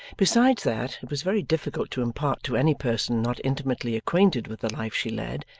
besides that it was very difficult to impart to any person not intimately acquainted with the life she led,